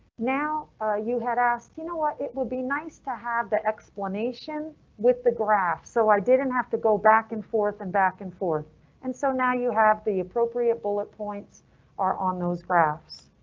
now ah you had asked you know what it would be nice to have the explanation with the graph so i didn't have to go back and forth and back and forth and so now you have the appropriate bullet points are on those graphs.